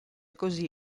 così